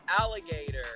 alligator